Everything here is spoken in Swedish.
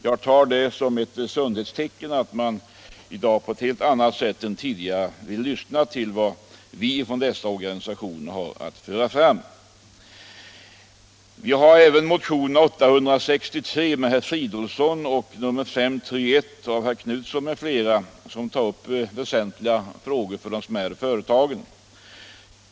Jag tar det såsom ett sundhetstecken att man i dag på ett helt annat sätt än tidigare vill lyssna på vad vi från dessa organisationer har att föra fram. Även motionen 863 av herr Fridolfsson och motionen 531 av herr Knutson m.fl. tar upp för de mindre företagen väsentliga frågor.